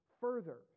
further